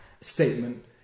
statement